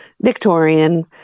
Victorian